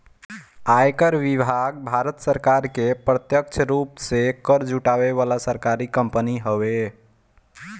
आयकर विभाग भारत सरकार के प्रत्यक्ष रूप से कर जुटावे वाला सरकारी कंपनी हवे